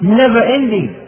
never-ending